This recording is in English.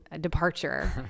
departure